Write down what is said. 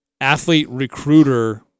athlete-recruiter